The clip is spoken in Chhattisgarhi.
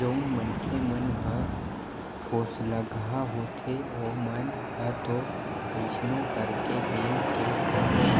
जउन मनखे मन ह ठोसलगहा होथे ओमन ह तो कइसनो करके बेंक के लोन ल